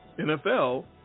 NFL